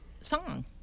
song